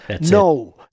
No